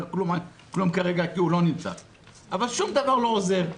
עליו כרגע כי הוא לא נמצא כאן אבל שום דבר לא עוזר.